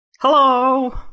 Hello